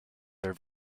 their